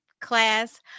class